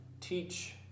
Teach